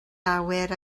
awyr